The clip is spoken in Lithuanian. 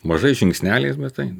mažais žingsneliais bet eina